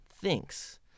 thinks